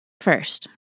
first